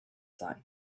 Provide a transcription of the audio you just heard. sein